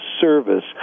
service